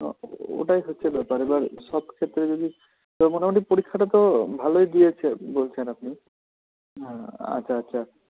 হ্যাঁ ও ওটাই হচ্ছে ব্যাপার এবার সব ক্ষেত্রে যদি এবার মোটামুটি পরীক্ষাটা তো ভালোই দিয়েছে বলছেন আপনি হ্যাঁ আচ্ছা আচ্ছা